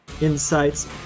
insights